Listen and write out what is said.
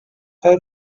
her